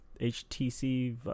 HTC